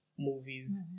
Movies